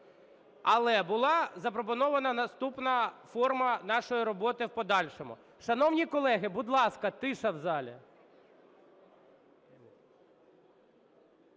Але була запропонована наступна форма нашої роботи в подальшому. Шановні колеги, будь ласка, тиша в залі!